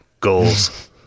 goals